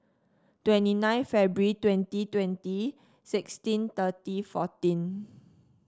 twenty nine February twenty twenty sixteen thirty fourteen